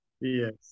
Yes